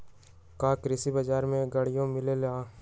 का कृषि बजार में गड़ियो मिलेला?